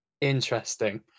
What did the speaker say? Interesting